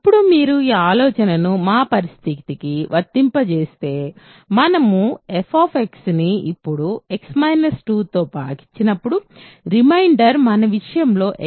ఇప్పుడు మీరు ఈ ఆలోచనను మా పరిస్థితికి వర్తింపజేస్తే మనము f ని ఇప్పుడు x 2 తో భాగించినప్పుడు రిమైండర్ మన విషయంలో x 2 అనేది f